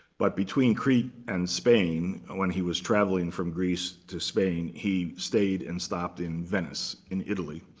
but between crete and spain, when he was traveling from greece to spain, he stayed and stopped in venice, in italy.